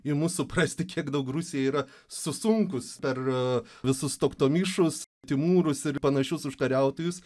imu suprasti kiek daug rusija yra susunkus per visus toktomišus timūrus ir panašius užkariautojus